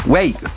Wait